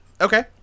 Okay